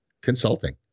consulting